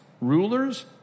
Rulers